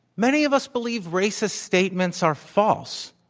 many of us believe racist statements are false.